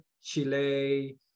Chile